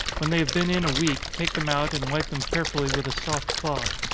when they have been in a week, take them out, and wipe them carefully with a soft cloth.